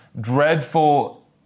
dreadful